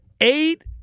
eight